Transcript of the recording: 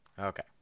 okay